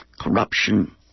Corruption